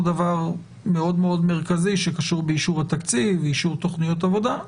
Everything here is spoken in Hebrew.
דבר מאוד מאוד מרכזי שקשור באישור התקציב ובאישור תכניות עבודה.